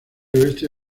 oeste